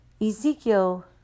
Ezekiel